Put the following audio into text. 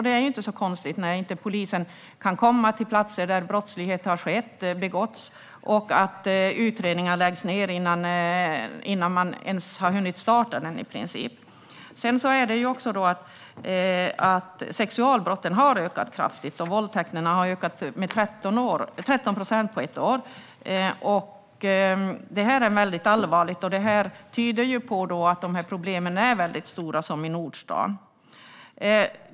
Det är inte konstigt när polisen inte kan komma till platser där brott har begåtts och utredningar läggs ned i princip innan man har hunnit starta dem. Det är också så att sexualbrotten har ökat kraftigt. Antalet våldtäkter har ökat med 13 procent på ett år. Det här är väldigt allvarligt och tyder på att problemen är väldigt stora, som i Nordstan.